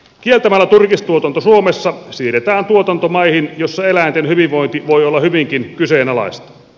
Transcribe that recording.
kieltämällä turkistuotanto suomessa siirretään tuotanto maihin joissa eläinten hyvinvointi voi olla hyvinkin kyseenalaista